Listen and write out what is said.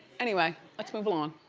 anyway, let's move along.